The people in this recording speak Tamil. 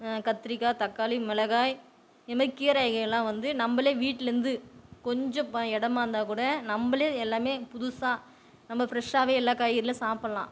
கத்திரிக்காய் தக்காளி மிளகாய் இதை மாதிரி கீரை வகைகளெலாம் வந்து நம்பளே வீட்டிலேருந்து கொஞ்சமாக இடமா இருந்தால் கூட நம்பளே எல்லாமே புதுசாக நம்ம ஃப்ரெஷ்ஷாவே எல்லா காய்கறிகளும் சாப்பிடலாம்